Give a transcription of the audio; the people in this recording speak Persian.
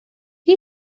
آیا